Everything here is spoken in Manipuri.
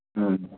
ꯑꯥ